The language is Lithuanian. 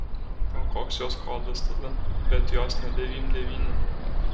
o koks jos kodas tada bet jos ne devym devyni